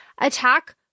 attack